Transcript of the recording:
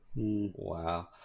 wow